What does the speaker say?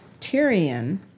Tyrion